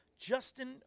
Justin